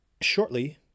shortly